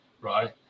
right